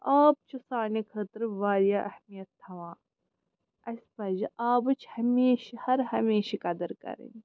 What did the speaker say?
آب چھُ سانہِ خٲطرٕ واریاہ اہمیت تھاوان اسہِ پزِ آبٕچ ہمیشہٕ ہر ہمیشہِ قدٕر کَرٕنۍ